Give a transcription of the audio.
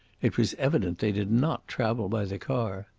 it was evident they did not travel by the car.